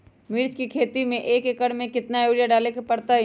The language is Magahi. मिर्च के खेती में एक एकर में कितना यूरिया डाले के परतई?